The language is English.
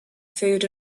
food